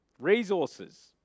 resources